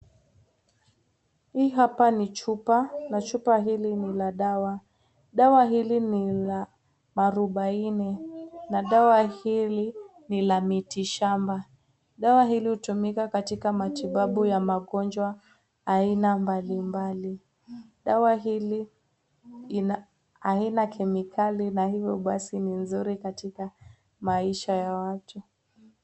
Hii hapa ni chupa. Chupa hili lina dawa. Dawa hili ni la mwarubaini, na hili ni la miti shamba. Dawa hili hutumika katika matibabu ya magonjwa aina mbalimbali. Dawa hili ina, haina kemikali na hivo basi ni nzuri katika maisha ya watu.